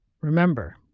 Remember